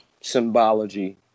symbology